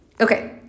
Okay